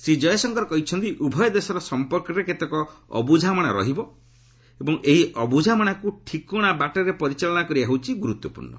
ଶ୍ରୀ ଜୟଶଙ୍କର କହିଛନ୍ତି ଉଭୟ ଦେଶର ସମ୍ପର୍କରେ କେତେକ ଅବୁଝାମଣା ରହିବ ଏବଂ ଏହି ଅବୁଝାମଣାକୁ ଠିକଣା ବାଟରେ ପରିଚାଳନା କରିବା ହେଉଛି ଗୁରୁତ୍ୱପୂର୍ଣ୍ଣ